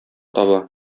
таба